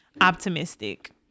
optimistic